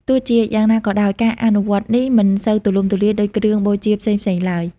ទោះជាយ៉ាងណាក៏ដោយ ការអនុវត្តនេះមិនសូវទូលំទូលាយដូចគ្រឿងបូជាផ្សេងៗឡើយ។